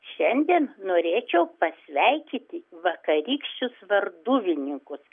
šiandien norėčiau pasveikyti vakarykščius varduvininkus